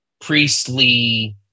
priestly